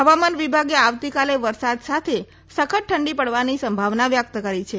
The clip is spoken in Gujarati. હવામાન વિભાગે આવતીકાલે વરસાદ સાથે સખત ઠંડી પડવાની સંભાવના વ્યકત કરી છે